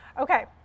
Okay